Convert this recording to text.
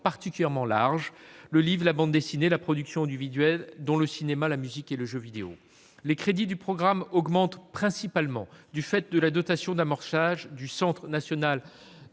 particulièrement large, incluant le livre, la bande dessinée, la production audiovisuelle, dont le cinéma, la musique et le jeu vidéo. Les crédits du programme augmentent principalement du fait de la dotation d'amorçage du Centre national